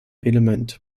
element